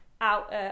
out